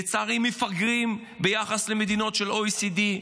לצערי, מפגרים ביחס למדינות ה-OECD.